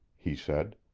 he said,